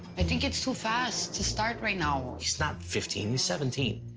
i think it's too fast to start right now. he's not fifteen, he's seventeen.